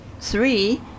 three